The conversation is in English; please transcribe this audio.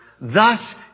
Thus